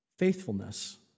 Faithfulness